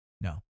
No